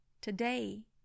today